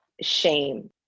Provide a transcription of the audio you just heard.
shame